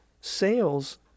sales